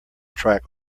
track